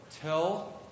tell